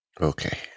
Okay